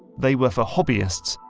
they were for hobbyists,